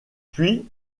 puis